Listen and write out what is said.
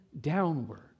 downward